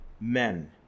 men